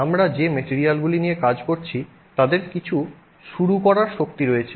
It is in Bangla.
আমরা যে মেটিরিয়ালগুলি নিয়ে কাজ করছি তাদের কিছু শুরু করার শক্তি রয়েছে